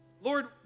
Lord